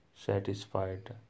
satisfied